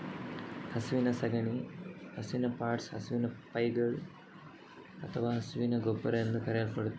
ಹಸುವಿನ ಸಗಣಿ ಹಸುವಿನ ಪಾಟ್ಸ್, ಹಸುವಿನ ಪೈಗಳು ಅಥವಾ ಹಸುವಿನ ಗೊಬ್ಬರ ಎಂದೂ ಕರೆಯಲ್ಪಡುತ್ತದೆ